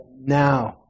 now